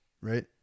right